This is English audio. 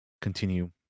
continue